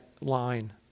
line